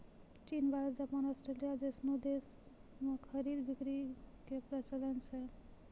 चीन Bharat Japan Australia जैसनो देश मे खरीद बिक्री के प्रचलन छै